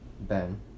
Ben